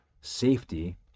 safety